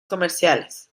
comerciales